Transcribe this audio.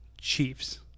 Chiefs